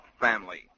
family